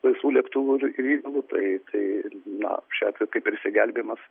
laisvų lėktuvų reikalu tai tai na šiuo atveju kaip ir išsigelbėjimas